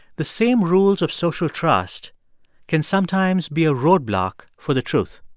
the same rules of social trust can sometimes be a roadblock for the truth.